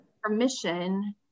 permission